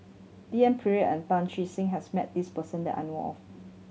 D N Pritt and Tan Che Sang has met this person that I know of